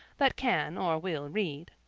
that can or will read.